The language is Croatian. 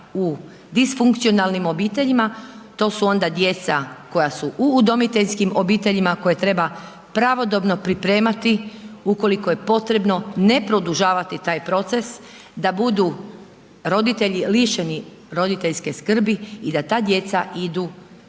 u disfunkcionalnim obiteljima, to su onda djeca koja su u udomiteljskim obiteljima, koje treba pravodobno pripremati ukoliko je potrebno ne produžavati taj proces da budu roditelji lišeni roditeljske skrbi i da ta djeca idu